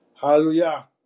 Hallelujah